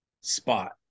spot